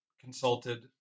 consulted